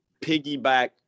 piggyback